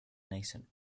nascent